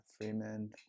Freeman